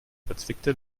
verzwickte